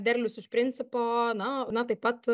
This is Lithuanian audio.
derlius iš principo na na taip pat